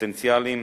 הפוטנציאליים